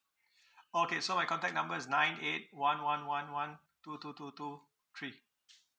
okay so my contact number is nine eight one one one one two two two two three